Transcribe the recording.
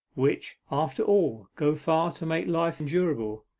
which after all go far to make life endurable,